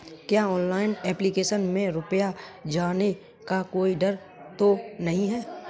क्या online application में रुपया जाने का कोई डर तो नही है?